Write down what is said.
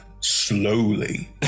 slowly